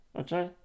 okay